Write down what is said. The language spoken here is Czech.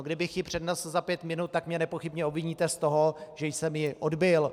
Kdybych ji přednesl za pět minut, tak mě nepochybně obviníte z toho, že jsem ji odbyl.